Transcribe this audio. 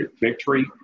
victory